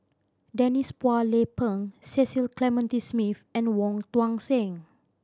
Denise Phua Lay Peng Cecil Clementi Smith and Wong Tuang Seng